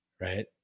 Right